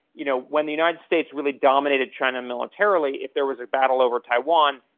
you know when the united states really dominated china militarily, if there was a battle over taiwan,